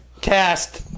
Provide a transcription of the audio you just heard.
Cast